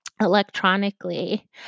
electronically